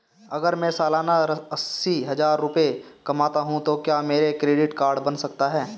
अगर मैं सालाना अस्सी हज़ार रुपये कमाता हूं तो क्या मेरा क्रेडिट कार्ड बन सकता है?